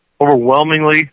overwhelmingly